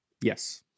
Yes